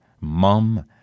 mum